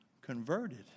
converted